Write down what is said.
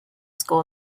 school